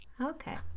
Okay